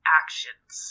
actions